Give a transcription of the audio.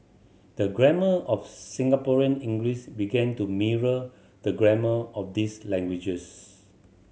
the grammar of Singaporean English began to mirror the grammar of these languages